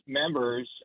members